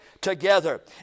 together